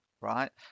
right